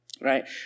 Right